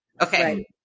Okay